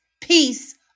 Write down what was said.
peace